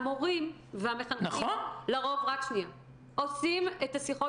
המורים והמחנכים לרוב עושים את השיחות